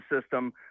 system